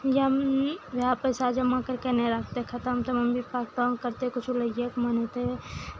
या उएह पैसा जमा करि कऽ नहि राखतै खतम तऽ मम्मी पप्पाकेँ तंग करतै किछो लैए के मन हेतै